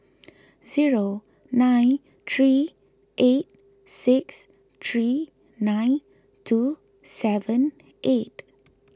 zero nine three eight six three nine two seven eight